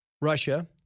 Russia